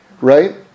Right